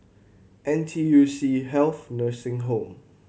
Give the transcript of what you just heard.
N T U C Health Nursing Home